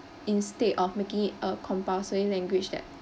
instead of making it a compulsory language that